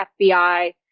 FBI